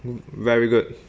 very good